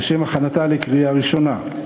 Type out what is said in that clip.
לשם הכנתה לקריאה ראשונה.